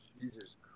Jesus